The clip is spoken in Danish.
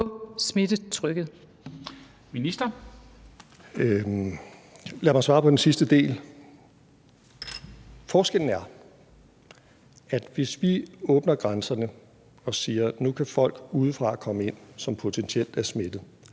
Lad mig svare på den sidste del: Forskellen er, at vi, hvis vi åbner grænserne og siger, at nu kan folk udefra, som potentielt er smittede,